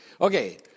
Okay